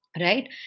right